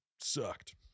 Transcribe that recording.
sucked